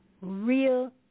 real